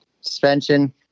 suspension